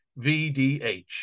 vdh